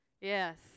Yes